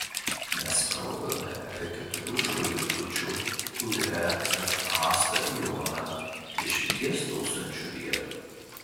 mes kalbame apie keturių žvaigždučių uefa stadioną dešimties tūkstančių vietų